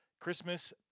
Christmas